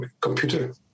computer